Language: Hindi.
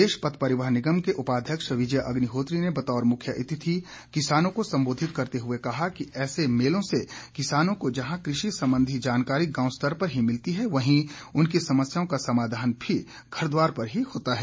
प्रदेश पथ परिवहन निगम के उपाध्यक्ष विजय अग्निहोत्री ने बतौर मुख्य अतिथि किसानों को संबोधित करते हए कहा कि ऐसे मेलों से किसानों को जहां कृषि संबंधी जानकारी गांव स्तर पर ही मिलती है वहीं उनकी समस्याओं का समाधान भी घर द्वार पर ही होता है